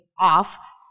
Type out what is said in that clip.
off